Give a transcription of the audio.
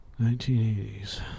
1980s